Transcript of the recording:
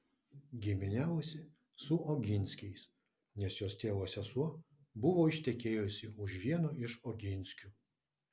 giminiavosi su oginskiais nes jos tėvo sesuo buvo ištekėjusi už vieno iš oginskių